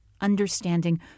understanding